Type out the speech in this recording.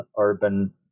urban